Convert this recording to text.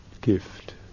gift